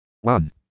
One